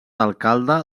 alcalde